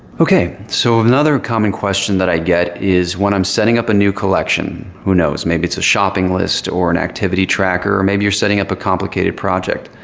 okay. so another common question that i get is when i'm setting up a new collection, who knows? maybe it's a shopping list, or an activity tracker, or maybe you're setting up a complicated project.